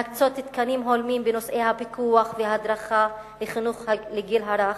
להקצאת תקנים ברורים בנושא הפיקוח וההדרכה בחינוך לגיל הרך.